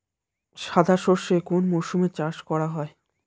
সাদা সর্ষে কোন মরশুমে চাষ করা হয়?